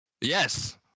yes